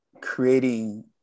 creating